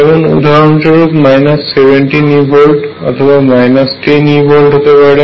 যেমন উদাহরণস্বরূপ 17 eV অথবা 10 eV হতে পরে